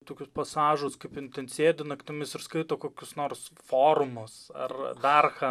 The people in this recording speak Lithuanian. tokius pasažus kaip jin ten sėdi naktimis ir skaito kokius nors forumus ar dar ką